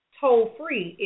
toll-free